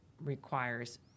requires